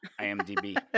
IMDb